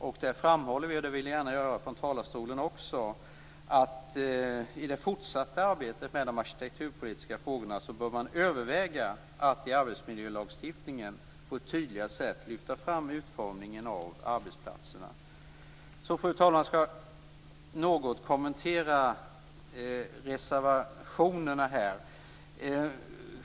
Vi har framhållit, och det vill jag gärna göra också nu från denna talarstol, att i det fortsatta arbetet med de arktitekturpolitiska frågorna bör man överväga att i arbetsmiljölagstiftningen på ett tydligare sätt lyfta fram utformningen av arbetsplatserna. Fru talman! Jag skall också något kommentera reservationerna.